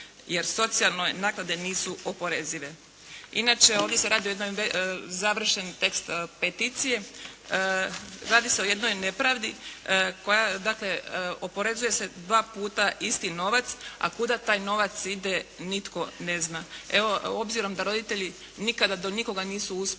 jer socijalne naknade nisu oporezive. Inače, ovdje se radi o jednoj završen tekst peticiji, radi se o jednoj nepravdi koja dakle oporezuje se dva puta isti novac a kuda taj novac ide nitko ne zna. Evo, obzirom da roditelji nikada do nikoga nisu uspjeli